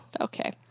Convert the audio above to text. Okay